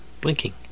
blinking